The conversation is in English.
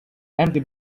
empty